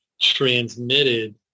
transmitted